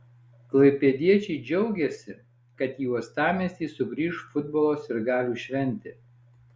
klaipėdiečiai džiaugėsi kad į uostamiestį sugrįš futbolo sirgalių šventė